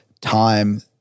time